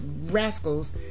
rascals